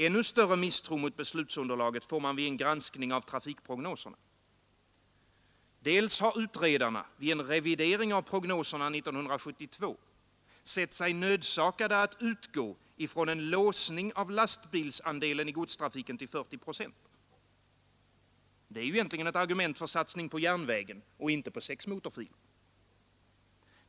Ännu större misstro mot beslutsunderlaget får man vid en granskning av trafikprognoserna. Dels har utredarna vid en revidering av prognoserna 1972 sett sig nödsakade att utgå från en låsning av lastbilsandelen i godstrafiken till 40 procent. Det är ju egentligen ett argument för satsning på järnvägen och inte på sex motorvägsfiler.